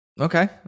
Okay